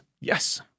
Yes